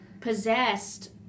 possessed